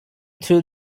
through